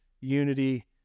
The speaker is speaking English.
unity